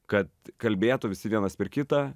kad kalbėtų visi vienas per kitą